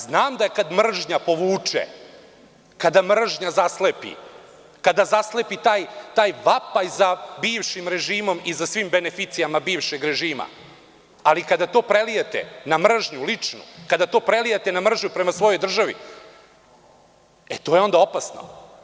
Znam da kada mržnja povuče, kada mržnja zaslepi, kada zaslepi taj vapaj za bivšim režimom i za svim beneficijama bivšeg režima, ali kada to prelijete na ličnu mržnju, kada to prelijete na mržnju prema svojoj državi, to je onda opasno.